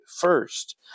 first